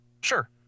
Sure